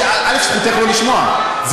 זכותך לא לשמוע.